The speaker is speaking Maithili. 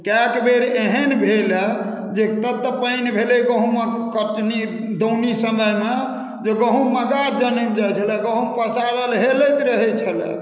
कएक बेर एहन भेलए जे तत पानि भेलै गहुँमक कटनी दौनी समयमे जे गहुँममे गाछ जनमि जाइत छलए गहुँम पसारल हेलैत रहैत छलए